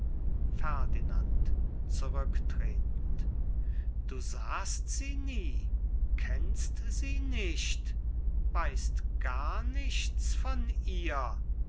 ferdinand zurücktretend du sahst sie nie kennst sie nicht weißt gar nichts von ihr